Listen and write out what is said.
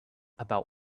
about